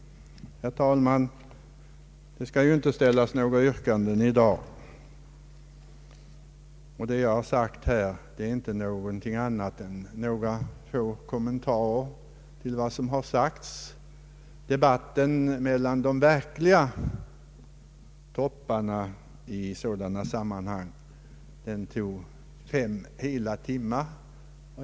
Herr talman! Det skall ju inte ställas Allmänpolitisk debatt några yrkanden i dag, och vad jag sagt nu är inte något annat än några få kommentarer till vad som framförts i debatten mellan de verkliga topparna i sådana sammanhang. Den debatten tog hela fem timmar.